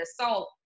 assault